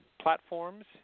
platforms